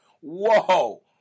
whoa